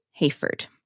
Hayford